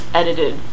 edited